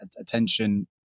attention